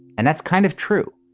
and that's kind of true.